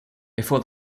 before